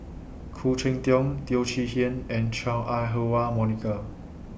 Khoo Cheng Tiong Teo Chee Hean and Chua Ah Huwa Monica